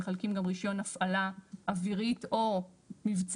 מחלקים גם רישיון הפעלה אווירית או מבצעית.